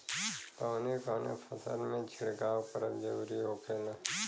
कवने कवने फसल में छिड़काव करब जरूरी होखेला?